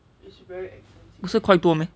不是块多 meh